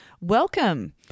welcome